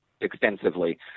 extensively